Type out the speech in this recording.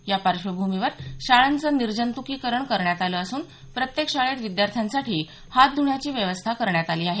या पार्श्वभूमीवर शाळांचं निर्जंत्कीकरण करण्यात आलं असून प्रत्येक शाळेत विद्यार्थ्यांसाठी हात धुण्याची व्यवस्था करण्यात आली आहे